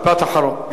משפט אחרון.